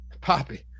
Poppy